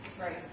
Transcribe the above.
Right